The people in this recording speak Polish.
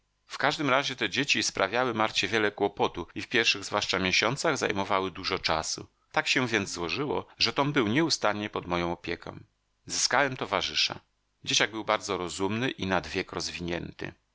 w każdym razie te dzieci sprawiały marcie wiele kłopotu i w pierwszych zwłaszcza miesiącach zajmowały dużo czasu tak się więc złożyło że tom był nieustannie pod moją opieką zyskałem towarzysza dzieciak był bardzo rozumny i nad wiek rozwinięty